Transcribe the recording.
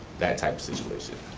that type situation.